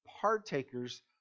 Partakers